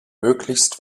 möglichst